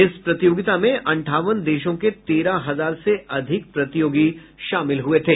इस प्रतियोगिता में अंठावन देशों के तेरह हजार से अधिक प्रतियोगी शामिल हुये थे